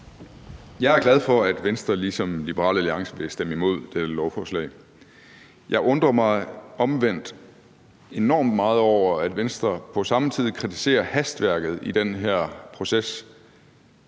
Jeg er glad for, at Venstre, ligesom Liberal Alliance, vil stemme imod det her lovforslag. Omvendt undrer jeg mig enormt meget over, at Venstre på samme tid kritiserer hastværket i den her proces